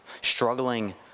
Struggling